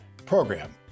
program